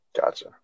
Gotcha